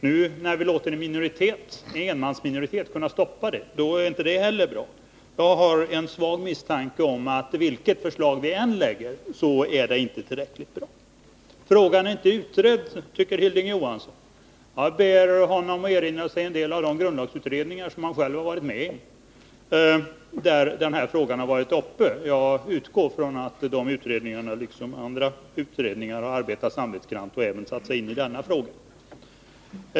Nu när vi vill ge en enmansminoritet möjlighet att sätta stopp för offentligheten, då är det inte heller bra. Jag har en svag misstanke om att vilket förslag vi än lade fram så skulle det inte vara tillräckligt bra. Frågan är inte utredd, tycker Hilding Johansson. Jag ber honom erinra sig en del av de grundlagsutredningar som han själv har varit med om och där den här frågan har varit uppe. Jag utgår ifrån att de utredningarna liksom andra utredningar har arbetat samvetsgrant och även satt sig in i denna fråga.